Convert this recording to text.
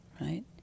right